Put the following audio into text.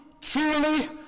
truly